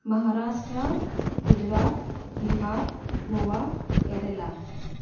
Maharashtra Gujarat Bihar Goa Kerala